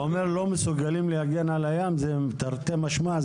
אתה אומר לא מסוגלים להגן על הים, זה תרתי משמע?